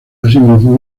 asimismo